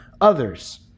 others